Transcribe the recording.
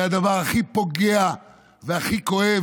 זה הדבר הכי פוגע והכי כואב,